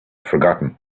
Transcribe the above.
forgotten